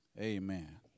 Amen